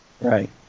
right